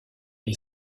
les